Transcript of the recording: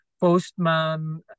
Postman